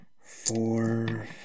four